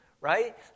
right